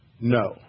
No